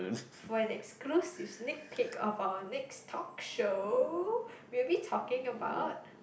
for an exclusive sneak peak of our next talk show we'll be talking about